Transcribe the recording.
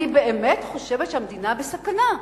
אני באמת חושבת שהמדינה בסכנה.